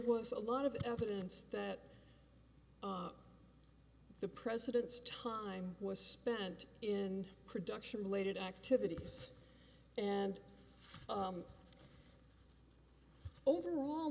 was a lot of evidence that the president's time was spent in production related activities and overall